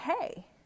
Hey